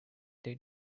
they